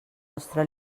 nostra